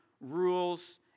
rules